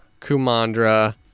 Kumandra